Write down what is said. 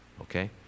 Okay